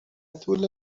طول